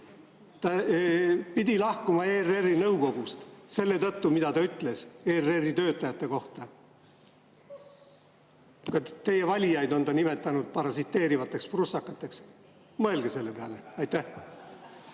Ta pidi lahkuma ERR‑i nõukogust selle tõttu, mida ta ütles ERR‑i töötajate kohta. Teie valijaid on ta nimetanud parasiteerivateks prussakateks. Mõelge selle peale. Jaa,